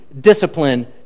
discipline